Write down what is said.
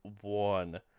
one